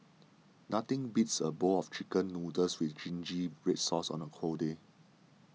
nothing beats a bowl of Chicken Noodles with Zingy Red Sauce on a cold day